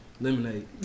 Lemonade